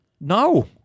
No